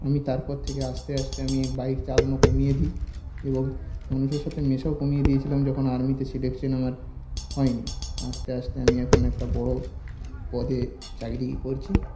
আমি তারপর থেকে আস্তে আস্তে আমি বাইক চালানো কমিয়ে দিই এবং মানুষের সাথে মেশাও কমিয়ে দিয়েছিলাম যখন আর্মিতে সিলেকশেন আমার হয় নি আস্তে আস্তে আমি এখন একটা বড়ো পদে চাকরি করছি